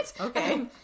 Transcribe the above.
Okay